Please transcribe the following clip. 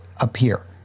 appear